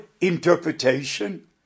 interpretation